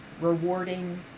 rewarding